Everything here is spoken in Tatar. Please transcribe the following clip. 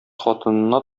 хатынына